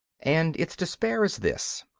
and its despair is this,